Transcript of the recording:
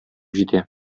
җитә